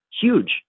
Huge